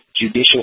judicial